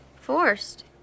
Forced